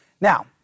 Now